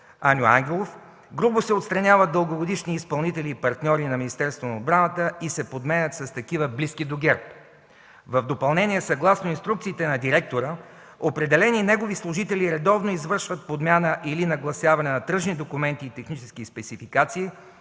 Аню Ангелов; грубо се отстраняват дългогодишни изпълнители и партньори на Министерството на отбраната и се подменят с такива, близки до ГЕРБ. В допълнение, съгласно инструкциите на директора, определени негови служители редовно извършват подмяна или нагласяване на тръжни документи и технически спецификации